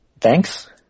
Thanks